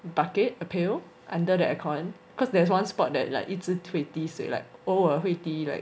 bucket a pail under the air con cause there's one spot that like 一直会滴水 like 偶尔会滴 [right]